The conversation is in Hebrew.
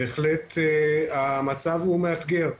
בהחלט המצב הוא מאתגר.